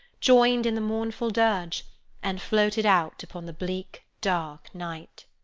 joined in the mournful dirge and floated out upon the bleak, dark night.